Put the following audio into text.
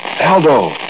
Aldo